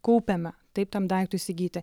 kaupiame taip tam daiktui įsigyti